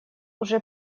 уже